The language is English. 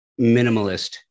minimalist